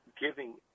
giving